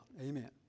Amen